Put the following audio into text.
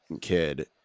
kid